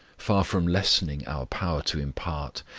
far from lessening our power to impart,